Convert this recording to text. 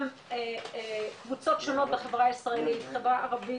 גם קבוצות שונות בחברה הישראלית, החברה הערבית,